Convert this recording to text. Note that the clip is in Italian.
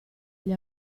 agli